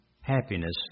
happiness